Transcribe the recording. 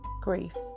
grief